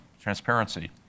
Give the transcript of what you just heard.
transparency